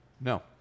No